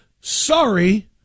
sorry